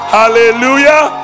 hallelujah